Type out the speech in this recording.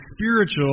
spiritual